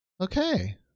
Okay